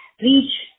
reach